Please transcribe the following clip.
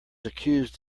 accused